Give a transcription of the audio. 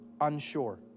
unsure